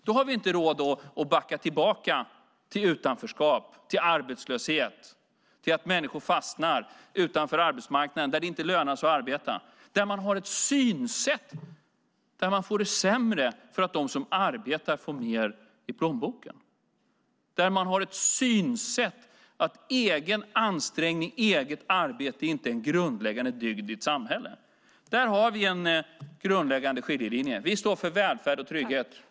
Då har vi inte råd att backa tillbaka till utanförskap och arbetslöshet, att människor fastnar utanför arbetsmarknaden, att det inte lönar sig att arbeta, till synsättet att man får det sämre därför att de som arbetar får mer i plånboken och att egen ansträngning och eget arbete inte är en grundläggande dygd i ett samhälle. Där har vi en grundläggande skiljelinje. Vi står för välfärd och trygghet.